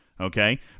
okay